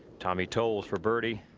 tommy tolles for birdie.